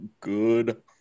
good